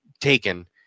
taken